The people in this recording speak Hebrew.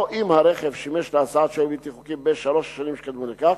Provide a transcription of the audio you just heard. או אם הרכב שימש להסעת שוהה בלתי חוקי בשלוש השנים שקדמו לכך.